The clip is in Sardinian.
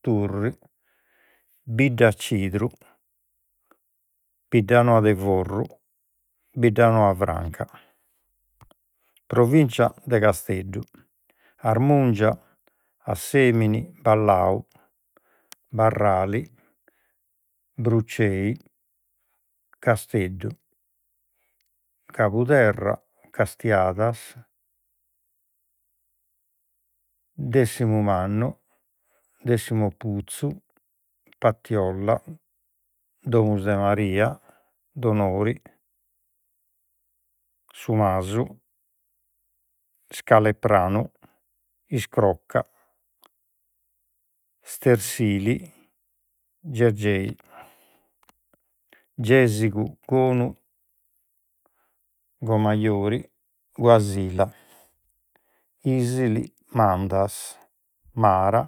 Turri Biddacidru Biddanoa de Forru Biddanoa Franca Provinzia de Casteddu Armungia Assemini Ballau Barrali Brucei Casteddu Cabuderra Castiadas Deximumannu Deximuputzu Patiolla Domus de Maria Donori Su Masu Scalepranu Iscroca Stersili Gerxei Gèsigu Goni Gomajori Guasila Isili Mandas Mara